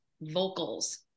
vocals